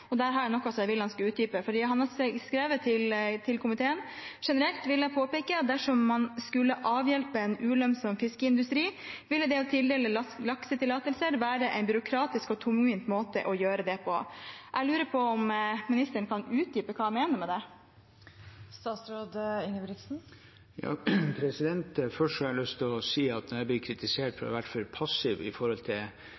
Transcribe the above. og der har jeg noe som jeg vil han skal utdype. Han har skrevet til komiteen: «Generelt vil jeg påpeke at dersom man skulle avhjelpe en ulønnsom fiskeindustri, ville det å tildele laksetillatelser være en byråkratisk og tungvint måte å gjøre det på.» Jeg lurer på om ministeren kan utdype hva han mener med det. Først har jeg lyst til å si at når jeg blir kritisert for